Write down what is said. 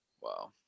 Wow